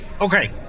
Okay